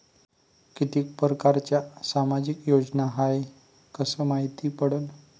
कितीक परकारच्या सामाजिक योजना हाय कस मायती पडन?